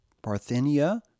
parthenia